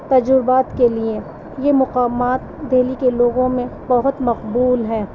تجربات کے لیے یہ مقامات دہلی کے لوگوں میں بہت مقبول ہے